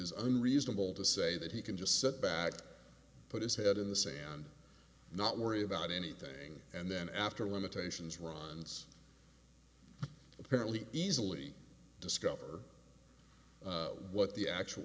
is unreasonable to say that he can just sit back put his head in the sand not worry about anything and then after limitations runs apparently easily discover what the actual